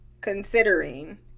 Considering